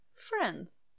Friends